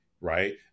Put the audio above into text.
right